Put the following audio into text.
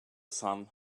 sun